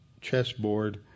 chessboard